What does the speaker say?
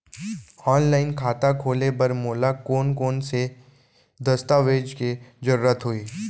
Online खाता खोले बर मोला कोन कोन स दस्तावेज के जरूरत होही?